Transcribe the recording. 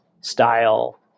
style